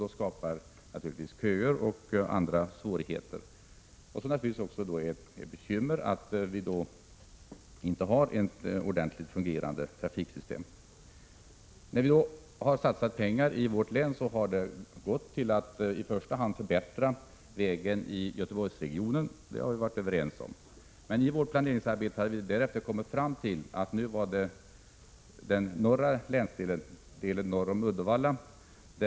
Detta skapar naturligtvis köer och andra svårigheter, och det är ett bekymmer att vi inte har ett ordentligt fungerande trafiksystem. När vi har satsat pengar i vårt län har de i första hand gått till att förbättra vägen i Göteborgsregionen. Detta har vi varit överens om. Men i vårt planeringsarbete hade vi därefter kommit fram till att det nu var den norra länsdelen, delen norr om Uddevalla, som man skulle ta itu med.